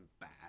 bad